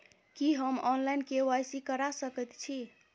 की हम online, KYC करा सकैत छी?